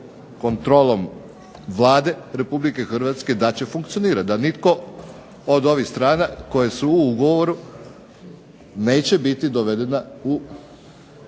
kontrolom Vlade Republike Hrvatske da će funkcionirati, da nitko od ovih strana koje su u ugovoru neće biti dovedena u položaj